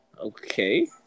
Okay